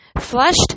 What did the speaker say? flushed